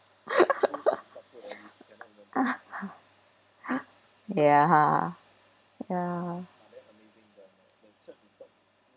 ya ya